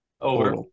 Over